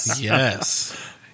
yes